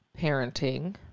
parenting